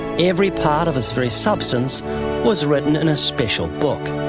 every part of his very substance was written in a special book.